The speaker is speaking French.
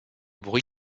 bruits